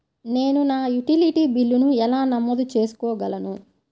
నేను నా యుటిలిటీ బిల్లులను ఎలా నమోదు చేసుకోగలను?